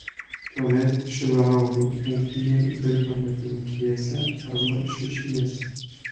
tuomet šilauogių ūkyje dirbame penkiese arba šešiese